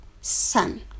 sun